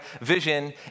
vision